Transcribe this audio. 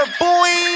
boy